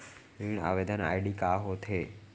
ऋण आवेदन आई.डी का होत हे?